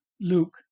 Luke